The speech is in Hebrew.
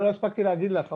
לא הספקתי להגיד לך,